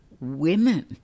women